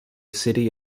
city